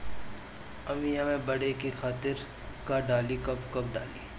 आमिया मैं बढ़े के खातिर का डाली कब कब डाली?